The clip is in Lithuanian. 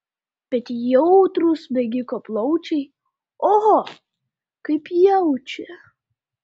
bet jautrūs bėgiko plaučiai oho kaip jaučia